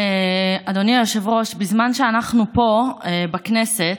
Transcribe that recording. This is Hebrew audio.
אדוני היושב-ראש, בזמן שאנחנו פה, בכנסת,